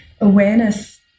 awareness